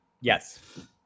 Yes